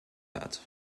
hat